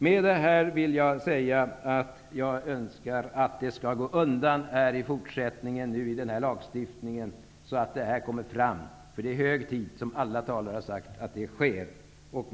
Med det anförda vill jag säga att jag önskar att det i fortsättningen skall gå undan med denna lagstiftning. Som alla talare har sagt här är det hög tid att det sker något på det här området.